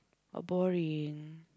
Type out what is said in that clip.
oh boring